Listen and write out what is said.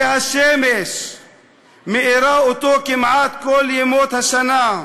שהשמש מאירה אותו כמעט כל ימות השנה,